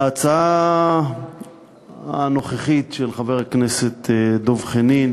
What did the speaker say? ההצעה הנוכחית של חבר הכנסת דב חנין